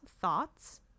thoughts